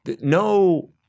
No